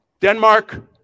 Denmark